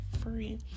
free